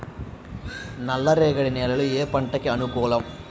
నల్ల రేగడి నేలలు ఏ పంటకు అనుకూలం?